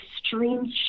extreme